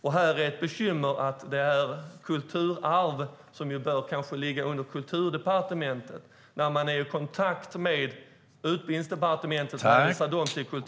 Bekymret är att det är ett kulturarv och att det borde ligga under Kulturdepartementet.